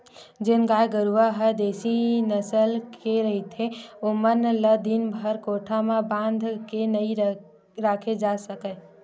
जेन गाय गरूवा ह देसी नसल के रहिथे ओमन ल दिनभर कोठा म धांध के नइ राखे जा सकय